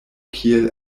kiel